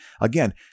again